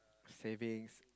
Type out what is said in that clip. savings